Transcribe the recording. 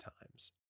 times